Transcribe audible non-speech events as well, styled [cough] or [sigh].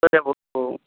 [unintelligible]